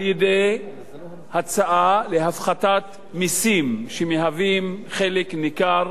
על-ידי הצעה להפחתת מסים, שמהווים חלק ניכר